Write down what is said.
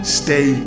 stay